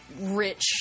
rich